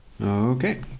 okay